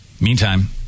Meantime